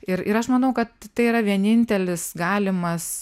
ir ir aš manau kad tai yra vienintelis galimas